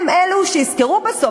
הם אלו שישכרו בסוף,